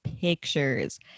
pictures